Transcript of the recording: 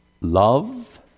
love